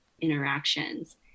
interactions